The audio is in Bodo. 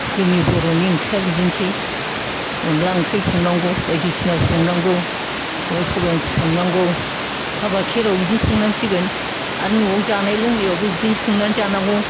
जोंनि बर'नि ओंख्रिया बिदिनोसै अनद्ला ओंख्रि संनांगौ बायदिसिना संनांगौ सबाय ओंख्रि संनांगौ हाबा खेरायाव बिदिनो संनांसिगोन आरो न'आव जानाय लोंनायावबो बिदिनो संनानै जानांगौ